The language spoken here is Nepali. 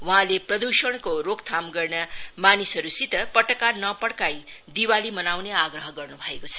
वहाँले प्रदुषणको रोकथाम गर्न मानिसहरुसित पटका नपड़काई दिवाली मनाउने आग्रह गर्नु भएको छ